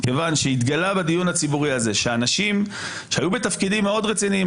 כיוון שהתגלה בדיון הציבורי הזה שאנשים שהיו בתפקידים מאוד רציניים,